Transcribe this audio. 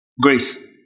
Grace